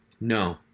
No